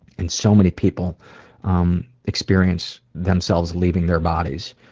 and so many people um experience themselves leaving their bodies.